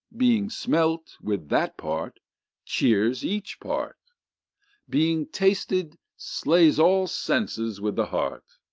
being smelt, with that part cheers each part being tasted, slays all senses with the heart.